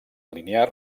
linear